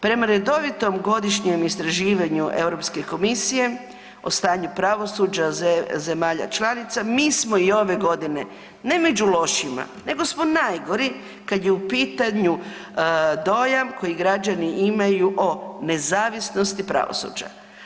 Prema redovitom godišnjem istraživanju Europske komisije o stanju pravosuđa zemalja članica mi smo i ove godine ne među lošima nego smo najgori kad je u pitanju dojam koji građani imaju o nezavisnosti pravosuđa.